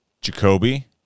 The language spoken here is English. Jacoby